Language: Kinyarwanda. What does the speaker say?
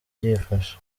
byifashe